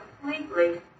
completely